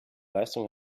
leistung